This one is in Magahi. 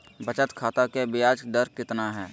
बचत खाता के बियाज दर कितना है?